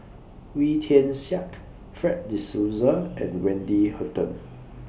Wee Tian Siak Fred De Souza and Wendy Hutton